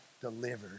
delivered